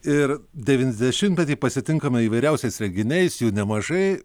ir devyniasdešimtmetį pasitinkame įvairiausiais renginiais jų nemažai